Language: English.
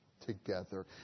together